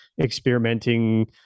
experimenting